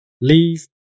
leave